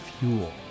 fuel